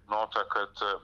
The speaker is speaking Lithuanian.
nota kad